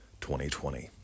2020